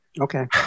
okay